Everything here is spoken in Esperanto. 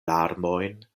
larmojn